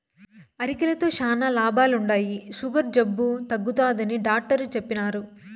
అరికెలతో శానా లాభాలుండాయి, సుగర్ జబ్బు తగ్గుతాదని డాట్టరు చెప్పిన్నారు